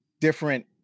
different